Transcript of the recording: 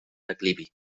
declivi